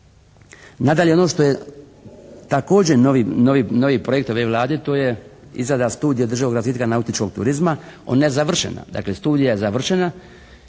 Nadalje ono što je također novi projekt ove Vlade to je izrada Studija državnog razvitka nautičkog turizma, ona je završena, dakle studija je završena